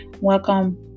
welcome